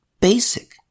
basic